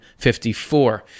54